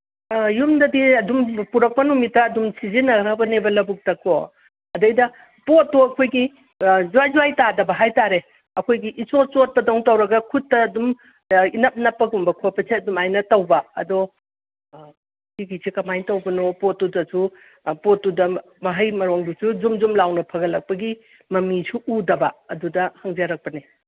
ꯑꯥ ꯌꯨꯝꯗꯗꯤ ꯑꯗꯨꯝ ꯄꯨꯔꯛꯄ ꯅꯨꯃꯤꯠꯇ ꯑꯗꯨꯝ ꯁꯤꯖꯤꯟꯅꯒ꯭ꯔꯕꯅꯦꯕ ꯂꯕꯨꯛꯇꯀꯣ ꯑꯗꯩꯗ ꯄꯣꯠꯇꯣ ꯑꯩꯈꯣꯏꯒꯤ ꯖ꯭ꯋꯥꯏ ꯖ꯭ꯋꯥꯏ ꯇꯥꯗꯕ ꯍꯥꯏ ꯇꯥꯔꯦ ꯑꯩꯈꯣꯏꯒꯤ ꯏꯆꯣꯠ ꯆꯣꯠꯄꯗꯧ ꯇꯧꯔꯒ ꯈꯨꯠꯇ ꯑꯗꯨꯝ ꯏꯅꯞ ꯅꯞꯄꯒꯨꯝꯕ ꯈꯣꯠꯄꯁꯦ ꯑꯗꯨꯝ ꯑꯗꯨꯃꯥꯏꯅ ꯇꯧꯕ ꯑꯗꯣ ꯁꯤꯒꯤꯁꯦ ꯀꯃꯥꯏꯅ ꯇꯧꯕꯅꯣ ꯄꯣꯠꯇꯨꯗꯁꯨ ꯄꯣꯠꯇꯨꯗ ꯃꯍꯩ ꯃꯔꯣꯡꯗꯨꯁꯨ ꯖꯨꯝ ꯖꯨꯝ ꯂꯥꯎꯅ ꯐꯒꯠꯂꯛꯄꯒꯤ ꯃꯃꯤꯁꯨ ꯎꯗꯕ ꯑꯗꯨꯗ ꯍꯪꯖꯔꯛꯄꯅꯤ